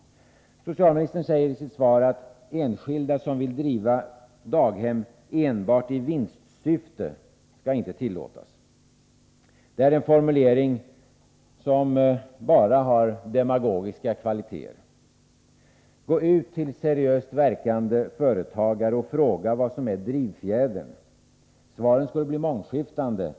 Socialministern säger i sitt svar att enskilda som vill driva daghem ”enbart i vinstsyfte” inte skall tillåtas. Det är en formulering som bara har demagogiska kvaliteter. Gå ut till seriöst verkande företagare och fråga vad som är deras drivfjäder! Om socialministern gjorde det skulle han få mångskiftande svar.